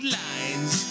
lines